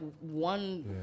one